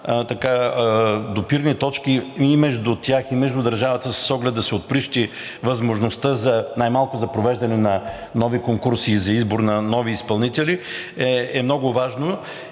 допирни точки и между тях, и между държавата с оглед да се отприщи възможността най-малко за провеждане на нови конкурси и за избор на нови изпълнители е много важно.